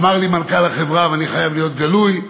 אמר לי מנכ"ל החברה, ואני חייב להיות גלוי,